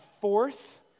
fourth